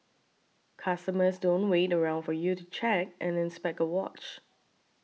customers don't wait around for you to check and inspect a watch